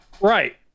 right